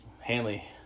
Hanley